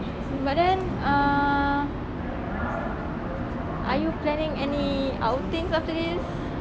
but then ah are you planning any outings after this